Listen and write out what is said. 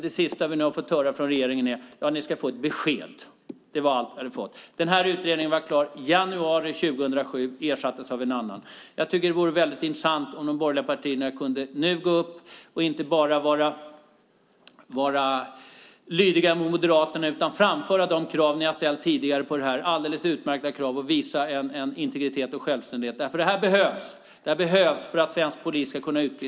Det senaste vi nu har fått höra från regeringen är att vi ska få ett besked. Det var allt därifrån. Utredningen var klar i januari 2007 och ersattes av en annan. Jag tycker att det vore intressant om ni från de borgerliga partierna nu kunde gå upp och framföra de alldeles utmärkta krav som ni har ställt tidigare på detta. Var inte bara lydiga mot Moderaterna utan visa integritet och självständighet, därför att en akademisk utbildning behövs för svensk polis.